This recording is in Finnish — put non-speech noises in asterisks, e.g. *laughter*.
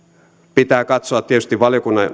pitää katsoa tietysti valiokunnan *unintelligible*